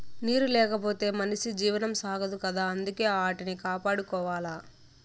నీరు లేకపోతె మనిషి జీవనం సాగదు కదా అందుకే ఆటిని కాపాడుకోవాల